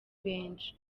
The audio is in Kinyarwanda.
benshi